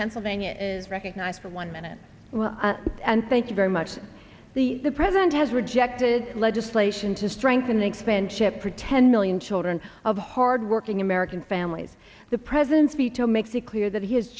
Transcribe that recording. pennsylvania is recognized for one minute and thank you very much the the president has rejected legislation to strengthen expand chip for ten million children of hardworking american families the president's veto makes it clear that he has